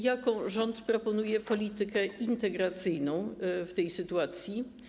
Jaką rząd proponuje politykę integracyjną w tej sytuacji?